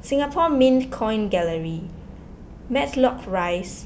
Singapore Mint Coin Gallery Matlock Rise